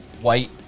White